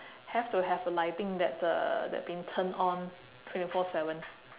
have to have a lighting that uh that being turned on twenty four seven